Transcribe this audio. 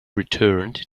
returned